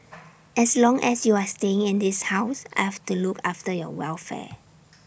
as long as you are staying in this house I have to look after your welfare